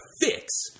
fix